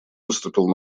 выступил